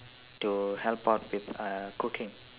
to help out with uh cooking